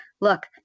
look